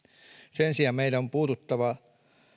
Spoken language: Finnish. sen sijaan meidän on puututtava